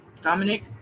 Dominic